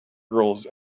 girls